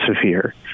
severe